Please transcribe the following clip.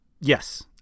Yes